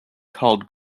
called